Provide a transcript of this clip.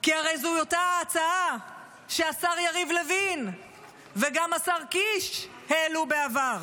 כי הרי זו אותה הצעה שהשר יריב לוין וגם השר קיש העלו בעבר.